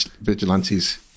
vigilantes